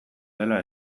dela